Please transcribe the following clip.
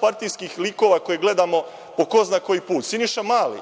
partijskih likova koje gledamo po ko zna koji put. Siniša Mali,